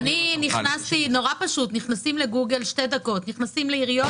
נכנסים לגוגל תוך שתי דקות, נכנסתי לעיריות